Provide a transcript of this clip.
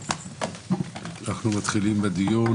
אנחנו מתחילים בדיון